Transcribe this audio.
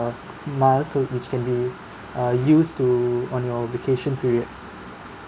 miles will which can be uh use to on your vacation period